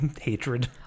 hatred